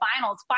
finals